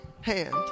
hand